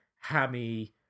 hammy